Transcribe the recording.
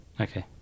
Okay